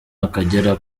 akagera